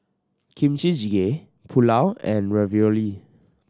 Kimchi Jjigae Pulao and Ravioli